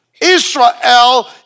Israel